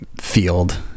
field